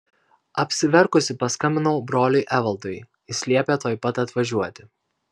apsiverkusi paskambinau broliui evaldui jis liepė tuoj pat atvažiuoti